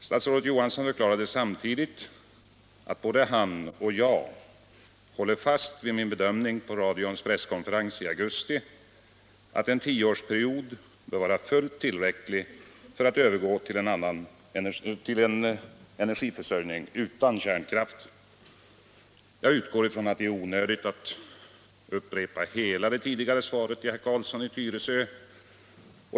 Statsrådet Johansson förklarade samtidigt att både han och jag håller fast vid min bedömning på radions presskonferens i augusti, nämligen att en tioårsperiod bör vara fullt tillräcklig för att man skall kunna övergå till en energiförsörjning utan kärnkraft. Jag utgår från att det är onödigt att upprepa hela det tidigare svaret till herr Carlsson i Tyresö.